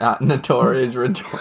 notorious